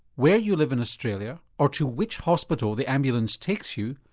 where you live in australia or to which hospital the ambulance takes you,